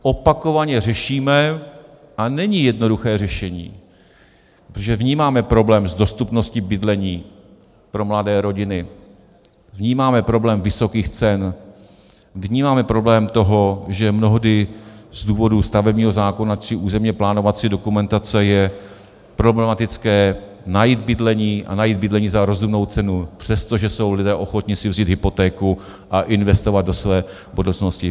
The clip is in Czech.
Opakovaně řešíme a není jednoduché řešení, protože vnímáme problém s dostupností bydlení pro mladé rodiny, vnímáme problém vysokých cen, vnímáme problém toho, že mnohdy z důvodu stavebního zákona či územně plánovací dokumentace je problematické najít bydlení, a najít bydlení za rozumnou cenu, přestože jsou lidé ochotni si vzít hypotéku a investovat do své budoucnosti.